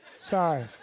sorry